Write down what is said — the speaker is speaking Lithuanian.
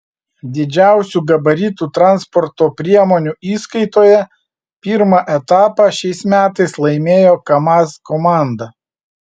didžiausių gabaritų transporto priemonių įskaitoje pirmą etapą šiais metais laimėjo kamaz komanda